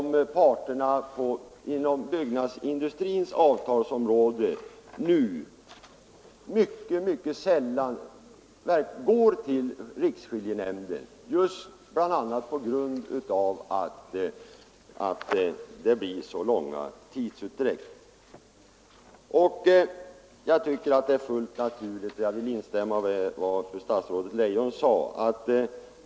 Parterna inom byggnadsindustrins avtalsområde går numera mycket sällan till riksskiljenämnden, bl.a. just på grund av att det medför så lång tidsutdräkt. Den här lagen rör det fackliga arbetet på arbetsplatserna.